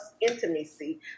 intimacy